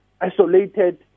isolated